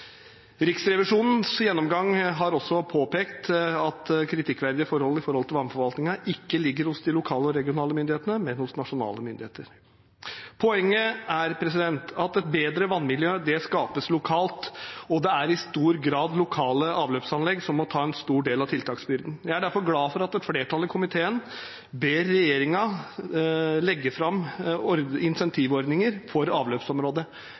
Riksrevisjonens gjennomgang har også påpekt at kritikkverdige forhold som gjelder vannforvaltningen, ikke ligger hos de lokale og regionale myndighetene, men hos nasjonale myndigheter. Poenget er at et bedre vannmiljø skapes lokalt, og det er i stor grad lokale avløpsanlegg som må ta en stor del av tiltaksbyrden. Jeg er derfor glad for at et flertall i komiteen ber regjeringen legge fram incentivordninger for avløpsområdet.